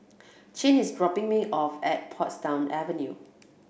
Chin is dropping me off at Portsdown Avenue